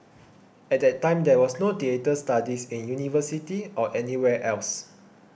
at that time there was no theatre studies in university or anywhere else